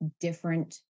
different